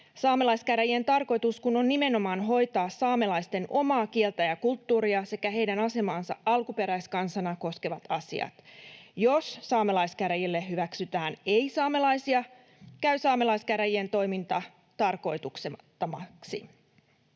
saamelaiskäräjien tarkoitus kun on nimenomaan hoitaa saamelaisten omaa kieltä ja kulttuuria sekä heidän asemaansa alkuperäiskansana koskevat asiat. Jos saamelaiskäräjille hyväksytään ei-saamelaisia, käy saamelaiskäräjien toiminta tarkoituksettomaksi.